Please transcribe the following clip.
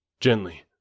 Gently